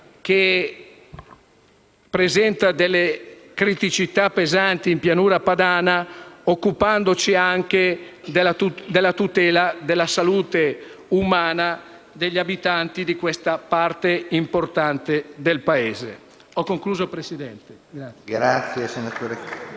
che presenta delle criticità pesanti in Pianura Padana, occupandoci anche della tutela della salute umana degli abitanti di quella parte importante del Paese. *(Applausi del senatore